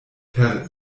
per